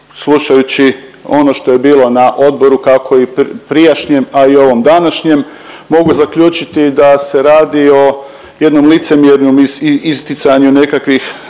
slušajući ono što je bilo na odboru kako i prijašnjem, a i ovom današnjem mogu zaključiti da se radi o jednom licemjernom isticanju nekakvih